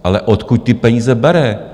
Ale odkud ty peníze bere?